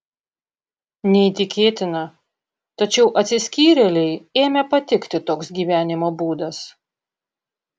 neįtikėtina tačiau atsiskyrėlei ėmė patikti toks gyvenimo būdas